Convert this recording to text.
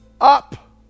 up